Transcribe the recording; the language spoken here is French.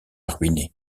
ruiner